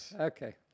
Okay